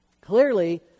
Clearly